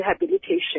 rehabilitation